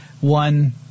one